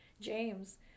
James